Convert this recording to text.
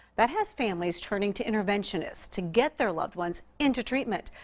that has families turning to interventionists to get their loved ones into treatment.